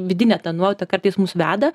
vidinė nuojauta kartais mus veda